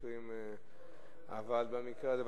אבל במקרה הזה,